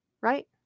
right